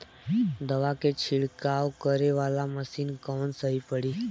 दवा के छिड़काव करे वाला मशीन कवन सही पड़ी?